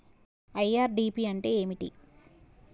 IRDP అంటే ఏమిటి?